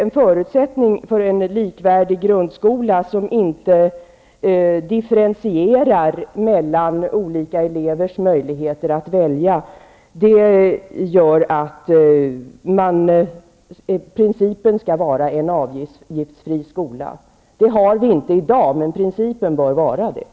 En förutsättning för en likvärdig skola som inte differentierar mellan olika elevers möjligheter att välja är en avgiftsfri skola. Det har vi inte i dag, men det bör vara principen.